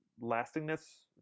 lastingness